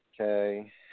Okay